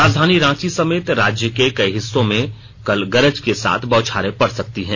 राजधानी रांची समेत राज्य के कई हिस्सों में कल गरज के साथ बौछारे पड़ सकती हैं